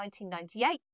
1998